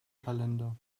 kalender